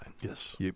Yes